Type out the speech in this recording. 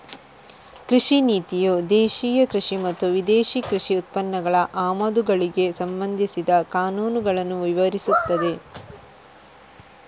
ಕೃಷಿ ನೀತಿಯು ದೇಶೀಯ ಕೃಷಿ ಮತ್ತು ವಿದೇಶಿ ಕೃಷಿ ಉತ್ಪನ್ನಗಳ ಆಮದುಗಳಿಗೆ ಸಂಬಂಧಿಸಿದ ಕಾನೂನುಗಳನ್ನ ವಿವರಿಸ್ತದೆ